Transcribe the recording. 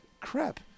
crap